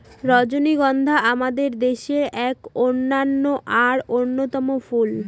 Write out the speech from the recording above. রজনীগন্ধা আমাদের দেশের এক অনন্য আর অন্যতম ফুল